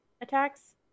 attacks